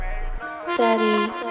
Steady